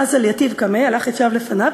"אזל יתיב קמיה", הלך וישב לפניו.